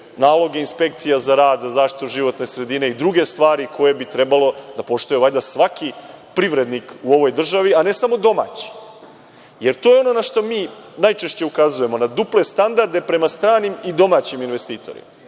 naloge inspekcija za rad, za zaštitu životne sredine i druge stvari koje bi trebalo da poštuje valjda svaki privrednik u ovoj državi, a ne samo domaći. To je ono na šta mi najčešće ukazujemo, na duple standarde prema stranim i domaćim investitorima.